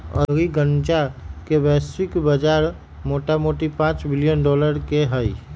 औद्योगिक गन्जा के वैश्विक बजार मोटामोटी पांच बिलियन डॉलर के हइ